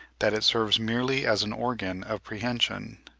that it serves merely as an organ of prehension.